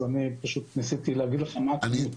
אז אני פשוט ניסיתי להגיד לך מה הכמות.